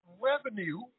revenue